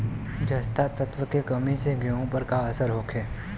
जस्ता तत्व के कमी से गेंहू पर का असर होखे?